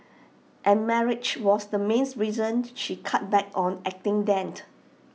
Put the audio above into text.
and marriage was the reason she cut back on acting then